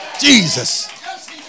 Jesus